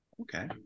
Okay